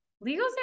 Legal